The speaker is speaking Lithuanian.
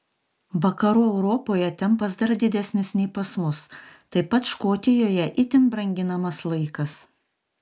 vakarų europoje tempas dar didesnis nei pas mus taip pat škotijoje itin branginamas laikas